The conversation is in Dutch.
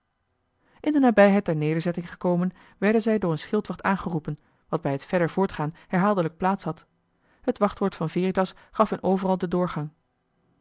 in de nabijheid der nederzetting gekomen werden zij door een schildwacht aangeroepen wat bij het verder voortgaan herhaaldelijk plaats had het wachtwoord van veritas gaf hun overal den doorgang